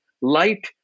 light